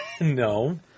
No